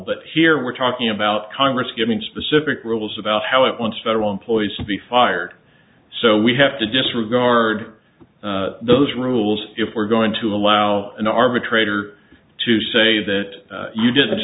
but here we're talking about congress giving specific rules about how it wants federal employees to be fired so we have to disregard those rules if we're going to allow an arbitrator to say that you d